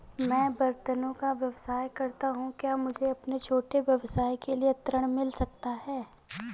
मैं बर्तनों का व्यवसाय करता हूँ क्या मुझे अपने छोटे व्यवसाय के लिए ऋण मिल सकता है?